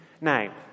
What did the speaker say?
now